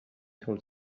told